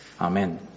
Amen